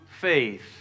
faith